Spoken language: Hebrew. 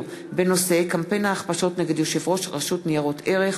בנושא: הירידה במוטיבציה לשרת בשירות קרבי,